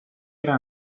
era